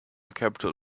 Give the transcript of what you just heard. capitol